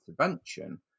intervention